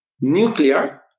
Nuclear